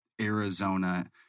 Arizona